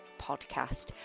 podcast